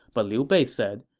but liu bei said,